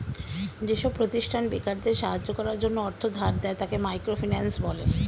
যেসব প্রতিষ্ঠান বেকারদের সাহায্য করার জন্য অর্থ ধার দেয়, তাকে মাইক্রো ফিন্যান্স বলে